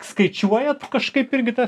skaičiuojat kažkaip irgi tą